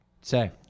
say